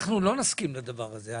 אנחנו לא נסכים לדבר הזה.